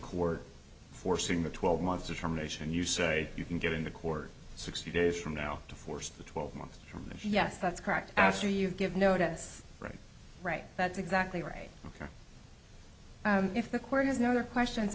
court forcing the twelve months determination you say you can get in the court sixty days from now to force the twelve months from the yes that's correct after you give notice right right that's exactly right ok if the court has no other questions